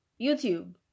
youtube